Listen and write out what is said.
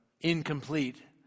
incomplete